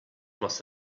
must